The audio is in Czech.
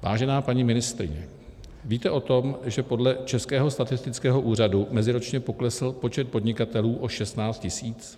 Vážená paní ministryně, víte o tom, že podle Českého statistického úřadu meziročně poklesl počet podnikatelů o 16 tisíc?